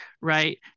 Right